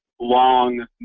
long